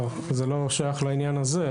לדבר גם על זה למרות שהוא לא שייך לנושא.